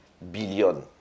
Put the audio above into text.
billion